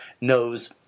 knows